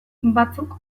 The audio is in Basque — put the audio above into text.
batzuk